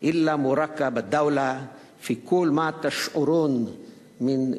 אני פונה אליכם, האזרחים הערבים, בברכה ובהוקרה,